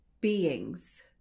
beings